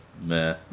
meh